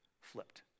flipped